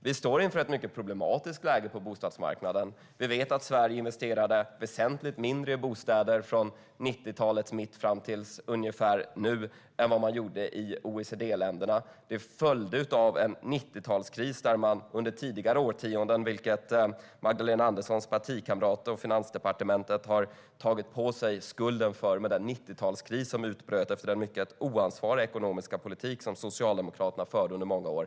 Vi står inför ett mycket problematiskt läge på bostadsmarknaden. Vi vet att Sverige investerade väsentligt mindre i bostäder från 90-talets mitt fram till ungefär nu än vad OECD-länderna gjorde. Magdalena Anderssons partikamrater och Finansdepartementet har tagit på sig skulden för den 90-talskris som utbröt efter den mycket oansvariga ekonomiska politik som Socialdemokraterna förde under många år.